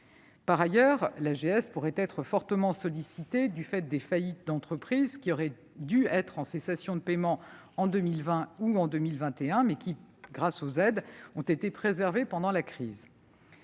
Par ailleurs, l'AGS pourrait être fortement sollicitée du fait des faillites d'entreprises, qui auraient dû être en cessation de paiements en 2020 ou en 2021, mais qui, grâce aux aides, ont été préservées pendant la crise.